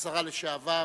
השרה לשעבר,